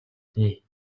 дээ